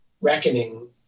reckoning